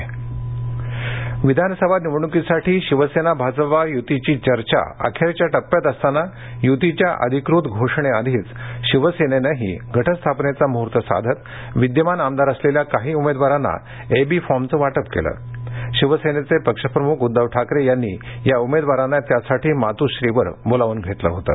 शिवसेना विधानसभा निवडणुकीसाठी शिवसेना भाजप युतीची चर्चा अखेरच्या टप्प्यात असताना युतीच्या अधिकृत घोषणेआधीच शिवसेनेनही घटस्थापनेचा मृहर्त साधत विद्यमान आमदार असलेल्या काही उमेदवारांना वी फॉर्मचं वाटप केलं शिवसेनेचे पक्षप्रमुख उद्दव ठाकरे यांनी या उमेदवारांना त्यासाठी मातूःश्रीवर बोलावून घेतलं होतं